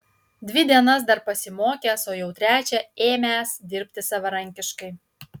dvi dienas dar pasimokęs o jau trečią ėmęs dirbti savarankiškai